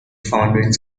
founded